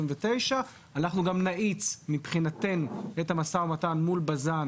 אנחנו נאיץ מבחינתנו את המשא ומתן מול בז"ן,